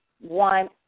one